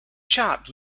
chart